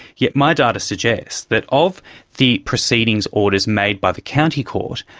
yet my data suggests that of the proceedings orders made by the county court,